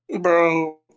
Bro